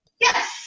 Yes